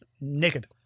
naked